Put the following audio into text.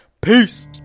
Peace